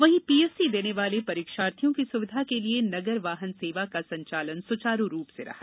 वहीं पीएससी देने वाले परीक्षार्थिओं की सुविधा के लिए नगर वाहन सेवा का संचालन सुचारू रूप से रहा